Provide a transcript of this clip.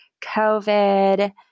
COVID